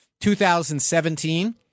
2017